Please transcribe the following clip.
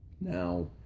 Now